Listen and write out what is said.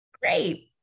Great